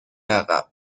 عقب